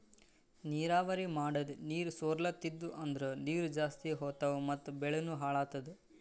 ನೀರಾವರಿ ಮಾಡದ್ ನೀರ್ ಸೊರ್ಲತಿದ್ವು ಅಂದ್ರ ನೀರ್ ಜಾಸ್ತಿ ಹೋತಾವ್ ಮತ್ ಬೆಳಿನೂ ಹಾಳಾತದ